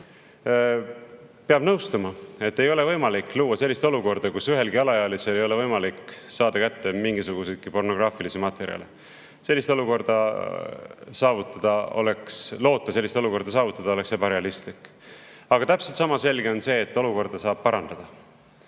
Peab nõustuma, et ei ole võimalik luua sellist olukorda, kus ühelgi alaealisel ei ole võimalik saada kätte mingisuguseidki pornograafilisi materjale. Loota sellist olukorda saavutada oleks ebarealistlik. Aga täpselt sama selge on see, et olukorda saab parandada.